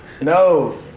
No